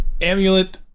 Amulet